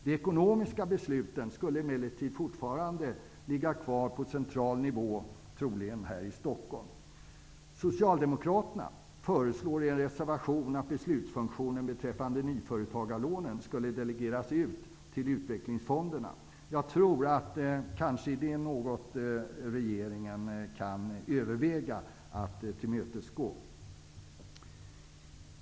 De ekonomiska besluten skulle emellertid fortfarande fattas på central nivå, troligen här i Socialdemokraterna föreslår i en reservation att beslutsfunktionen beträffande nyföretagarlånen skulle delegeras till utvecklingsfonderna. Jag tror att det kanske är något som regeringen kan överväga att tillmötesgå.